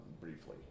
Briefly